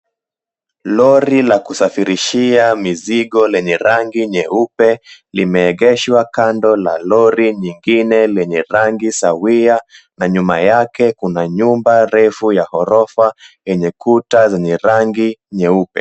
Lori la kusafirishia mizigo lenye rangi nyeupe limeegeshwa kando la lori nyingine lenye rangi sawia na nyuma yake kuna nyumba refu ya ghorofa yenye kuta zenye rangi nyeupe.